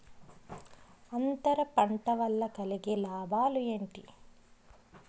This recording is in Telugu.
అంతర పంట వల్ల కలిగే లాభాలు ఏంటి